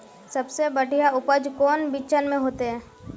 सबसे बढ़िया उपज कौन बिचन में होते?